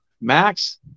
Max